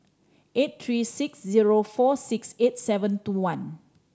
eight three six zero four six eight seven two one